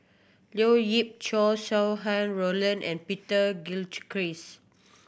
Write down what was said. Leo Yip Chow Sau Hai Roland and Peter Gilchrist